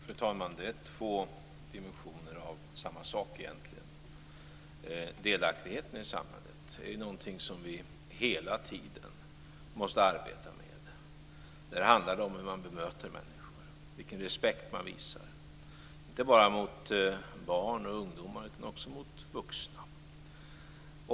Fru talman! Det är egentligen två dimensioner av samma sak. Delaktigheten i samhället är någonting som vi hela tiden måste arbeta för. Det handlar om hur man bemöter människor och vilken respekt man visar, inte bara mot barn och ungdomar utan också mot vuxna.